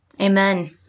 Amen